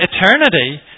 eternity